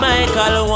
Michael